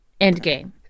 Endgame